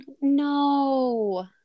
No